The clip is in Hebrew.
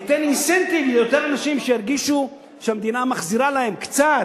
ניתן אינסנטיב ליותר אנשים שירגישו שהמדינה מחזירה להם קצת,